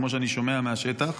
כמו שאני שומע מהשטח,